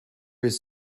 his